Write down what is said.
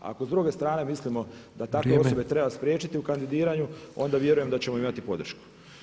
Ako s druge strane mislimo da takve osobe treba spriječiti u kandidiranju onda vjerujem da ćemo imati podršku.